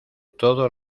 todo